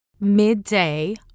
midday